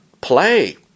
play